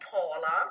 Paula